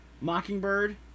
Mockingbird